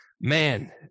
man